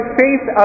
faith